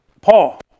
Paul